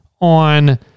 on